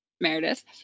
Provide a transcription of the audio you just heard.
meredith